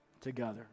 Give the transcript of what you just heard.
together